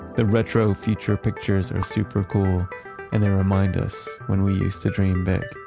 the retro feature pictures are super cool and they remind us when we used to dream big.